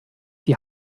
die